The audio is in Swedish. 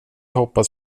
hoppats